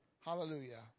Hallelujah